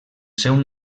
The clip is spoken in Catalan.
seu